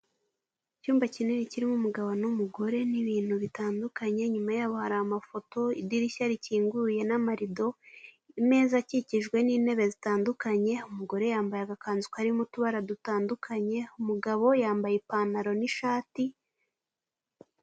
Icyumba kinini kirimo umugabo n'umugore n'ibintu bitandukanye, inyuma yabo hari amafoto idirishya rikinguye n'amarido, imeza akikijwe n'intebe zitandukanye, umugore yambaye agakanzu karimo utubara dutandukanye, umugabo yambaye ipantaro n'ishati.